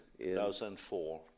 2004